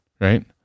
right